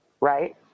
right